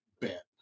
bet